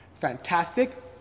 Fantastic